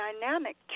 dynamic